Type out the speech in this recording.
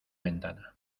ventana